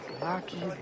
lucky